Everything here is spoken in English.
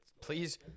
please